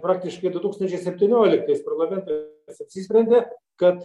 praktiškai du tūkstančiai septynioliktais parlamentas apsisprendė kad